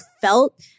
felt